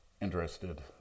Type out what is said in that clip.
interested